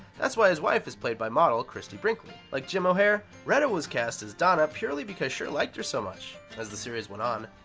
that's why his wife is played by model christie brinkley. like jim o'heir, retta was cast as donna purely because schur liked her so much. as the series went on,